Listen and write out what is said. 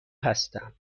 هستم